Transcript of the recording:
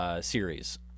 series